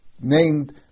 named